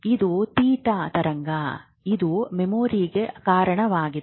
ಇದು ಥೀಟಾ ತರಂಗ ಇದು ಮೆಮೊರಿಗೆ ಕಾರಣವಾಗಿದೆ